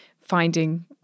finding